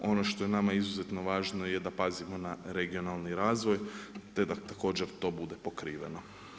Ono što je nama izuzetno važno je da pazimo na regionalni razvoj, te da također to bude pokriveno.